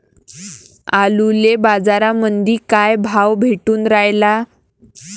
आलूले बाजारामंदी काय भाव भेटून रायला?